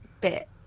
bit